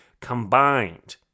combined